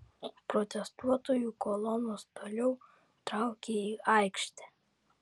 protestuotojų kolonos toliau traukia į aikštę